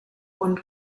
und